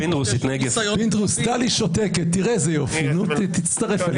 פינדרוס, טלי שותקת, תראה איזה יופי, תצטרף אליה.